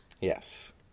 Yes